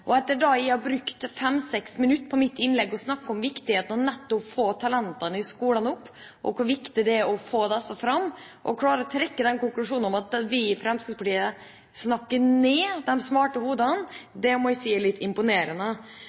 det etter at jeg hadde brukt 5-6 minutter av mitt innlegg på å snakke om viktigheten av nettopp å få talentene i skolene opp, og hvor viktig det er å få disse fram. At han så klarer å trekke den konklusjonen at vi i Fremskrittspartiet snakker ned de smarte hodene, det må jeg si er litt imponerende!